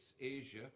Asia